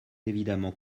évidemment